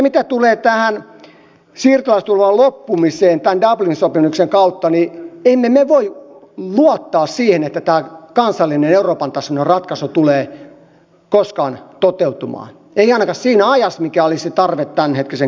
mitä tulee siirtolaistulvan loppumiseen dublinin sopimuksen kautta niin emme me voi luottaa siihen että tämä kansallinen euroopan tasoinen ratkaisu tulee koskaan toteutumaan ei ainakaan siinä ajassa mikä olisi tarve tämänhetkisen kriisin suhteen